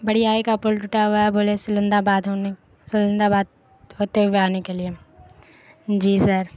بڑی آئی کا پل ٹوٹا ہوا ہے بولے سلندہ آباد سلند آباد ہوتے ہوئے آنے کے لیے جی سر